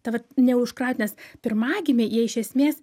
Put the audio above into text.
tą vat neužkraut nes pirmagimiai jie iš esmės